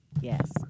Yes